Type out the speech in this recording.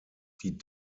die